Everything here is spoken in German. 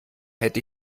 hätte